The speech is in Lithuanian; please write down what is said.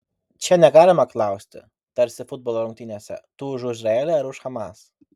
čia negalima klausti tarsi futbolo rungtynėse tu už izraelį ar už hamas